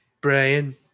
Brian